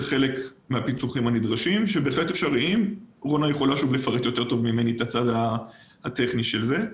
רונה תוכל לפרט יותר טוב ממני את הצד הטכני של זה.